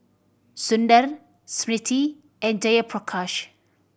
Sundar Smriti and Jayaprakash